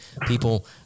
people